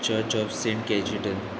church of saint Cajetan